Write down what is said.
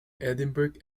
edinburgh